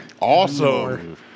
Awesome